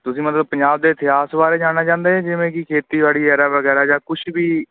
ਤੁਸੀਂ ਮਤਲਬ ਪੰਜਾਬ ਦੇ ਇਤਿਹਾਸ ਬਾਰੇ ਜਾਣਨਾ ਚਾਹੁੰਦੇ ਜਿਵੇਂ ਕਿ ਖੇਤੀਬਾੜੀ ਐਰਾ ਵਗੈਰਾ ਜਾਂ ਕੁਛ ਵੀ